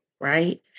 right